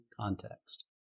context